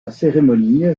cérémonie